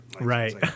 right